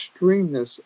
extremeness